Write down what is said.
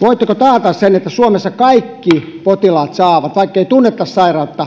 voitteko taata sen että suomessa kaikki potilaat saavat vaikkei tunnettaisi sairautta